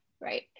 right